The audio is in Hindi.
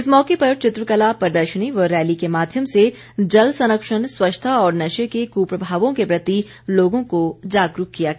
इस मौके पर चित्रकला प्रदर्शनी व रैली के माध्यम से जल संरक्षण स्वच्छता और नशे के कुप्रभावों के प्रति लोगों को जागरूक किया गया